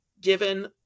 given